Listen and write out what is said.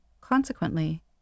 Consequently